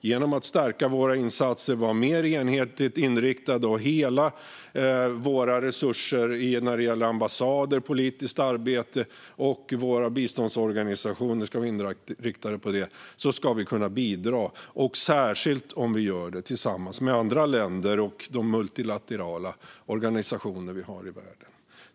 Genom att stärka våra insatser och genom att vara mer enhetligt inriktade - alla våra resurser när det gäller ambassader, politiskt arbete och våra biståndsorganisationer ska vara inriktade på detta - ska vi kunna bidra till att vända denna utveckling, särskilt om vi gör det tillsammans med andra länder och med de multilaterala organisationer vi har i världen.